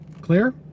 Clear